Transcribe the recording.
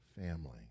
family